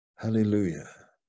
Hallelujah